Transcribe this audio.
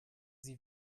sie